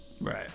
Right